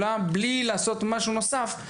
בקצב הזה נצליח לשנות משהו בתוכנית